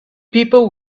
people